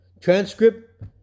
transcript